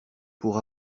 pour